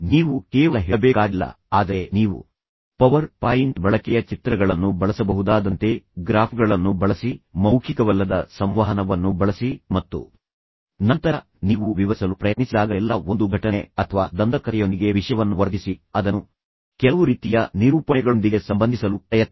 ನೀವು ಕೇವಲ ಹೇಳಬೇಕಾಗಿಲ್ಲ ಆದರೆ ನೀವು ಪವರ್ ಪಾಯಿಂಟ್ ಬಳಕೆಯ ಚಿತ್ರಗಳನ್ನು ಬಳಸಬಹುದಾದಂತೆ ಗ್ರಾಫ್ಗಳನ್ನು ಬಳಸಿ ಮೌಖಿಕವಲ್ಲದ ಸಂವಹನವನ್ನು ಬಳಸಿ ಮತ್ತು ನಂತರ ನೀವು ವಿವರಿಸಲು ಪ್ರಯತ್ನಿಸಿದಾಗಲೆಲ್ಲಾ ಒಂದು ಘಟನೆ ಅಥವಾ ದಂತಕಥೆಯೊಂದಿಗೆ ವಿಷಯವನ್ನು ವರ್ಧಿಸಿ ಅದನ್ನು ಕೆಲವು ರೀತಿಯ ನಿರೂಪಣೆಗಳೊಂದಿಗೆ ಸಂಬಂಧಿಸಲು ಪ್ರಯತ್ನಿಸಿ